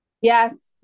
Yes